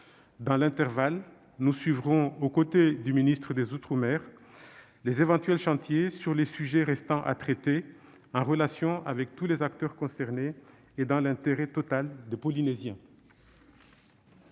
Dans l'intervalle, nous suivrons, aux côtés du ministre des outre-mer, les éventuels chantiers sur les sujets restant à traiter, en relation avec tous les acteurs concernés et dans l'intérêt total des Polynésiens.